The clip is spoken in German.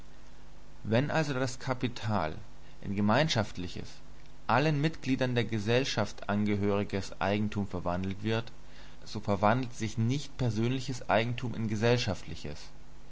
wenn also das kapital in ein gemeinschaftliches allen mitgliedern der gesellschaft angehöriges eigentum verwandelt wird so verwandelt sich nicht persönliches eigentum in gesellschaftliches